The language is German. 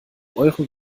eure